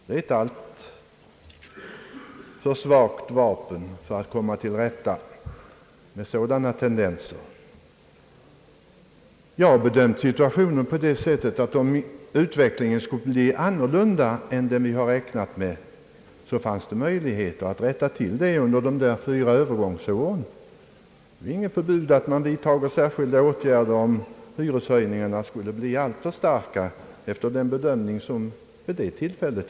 Det är ett alltför svagt vapen för att komma till rätta med sådana tendenser. Jag har bedömt situationen på det sättet att om utvecklingen skulle bli annorlunda än den som vi räknat med, så fanns det möjligheter att rätta till detta under de fyra övergångsåren, Det finns inget förbud mot att vidta särskilda åtgärder, om hyreshöjningarna skulle bli alltför starka.